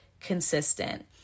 consistent